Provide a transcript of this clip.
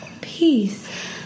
Peace